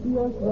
Yes